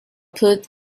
put